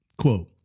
Quote